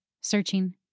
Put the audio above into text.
searching